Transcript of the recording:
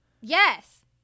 yes